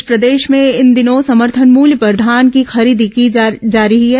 इस बीच प्रदेश में इन दिनों समर्थन मूल्य पर धान की खरीदी जारी है